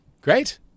Great